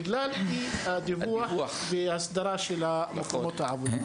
בגלל אי הדיווח וההסדרה של מקומות העבודה.